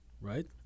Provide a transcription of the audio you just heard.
right